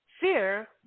fear